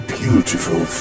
beautiful